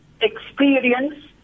experience